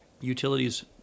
utilities